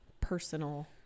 personal